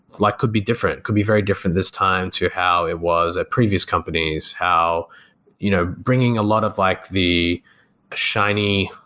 like could be different, could be very different this time to how it was at previous companies, how you know bringing a lot of like the shiny,